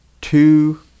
two